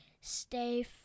stay